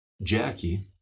Jackie